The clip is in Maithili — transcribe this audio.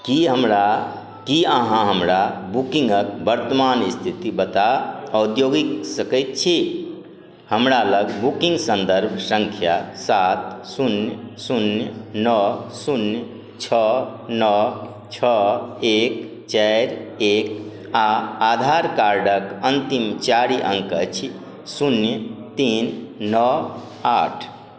कि हमरा कि अहाँ हमरा बुकिन्गके वर्तमान इस्थिति बता औद्योगिक सकै छी हमरालग बुकिन्ग सन्दर्भ सँख्या सात शून्य शून्य नओ शून्य छओ नओ छओ एक चारि एक आओर आधार कार्डके अन्तिम चारि अङ्क अछि शून्य तीन नओ आठ